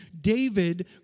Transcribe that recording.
David